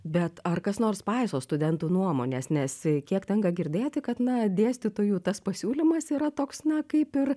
bet ar kas nors paiso studentų nuomonės nes kiek tenka girdėti kad na dėstytojų tas pasiūlymas yra toks na kaip ir